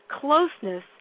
closeness